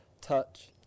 touch